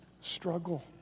struggle